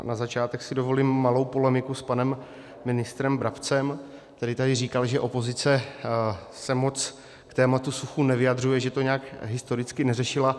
Na začátek, dovolím si malou polemiku s panem ministrem Brabcem, který tady říkal, že opozice se moc k tématu sucha nevyjadřuje, že to nějak historicky neřešila.